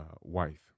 wife